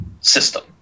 system